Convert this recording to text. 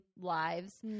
lives